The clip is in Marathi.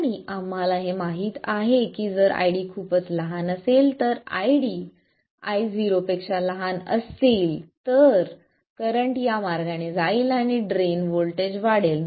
आणि आम्हाला हे माहित आहे की जर ID खूपच लहान असेल जर ID Io असेल तर करंट या मार्गाने जाईल आणि ड्रेन व्होल्टेज वाढेल